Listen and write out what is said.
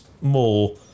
more